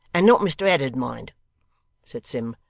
and not mr ed'dard, mind said sim,